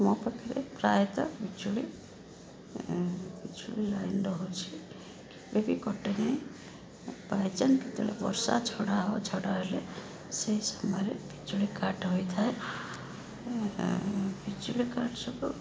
ମୋ ପାଖରେ ପ୍ରାୟତଃ ବିଜୁଳି ବିଜୁଳି ଲାଇନ୍ ରହୁଛି କେବେ ବି କଟେନି ବାଇଚାନ୍ସ କେତେବେଳେ ବର୍ଷା ଝଡ଼ ଝଡ଼ ହେଲେ ସେହି ସମୟରେ ବିଜୁଳି କାଟ୍ ହୋଇଥାଏ ବିଜୁଳି କାଟ୍ ସବୁ